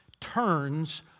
turns